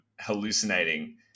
hallucinating